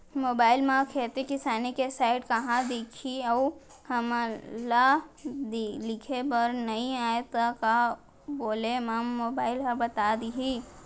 Mobile म खेती किसानी के साइट कहाँ दिखही अऊ हमला लिखेबर नई आय त का बोले म मोबाइल ह बता दिही?